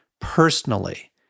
personally